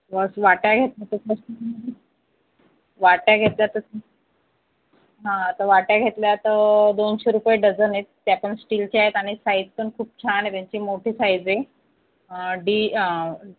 वाट्या घेत वाट्या घेतल्या तर हा तर वाट्या घेतल्या तर दोनशे रुपये डझन आहेत त्या पण स्टीलच्या आहेत आणि साइज पण खूप छान आहे त्यांची मोठी साइज आहे डी